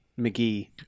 McGee